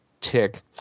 tick